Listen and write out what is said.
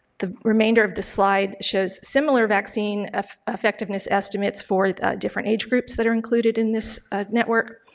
the remainder of the slide shows similar vaccine effectiveness estimates for different age groups that are included in this network.